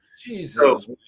Jesus